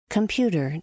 Computer